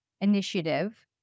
initiative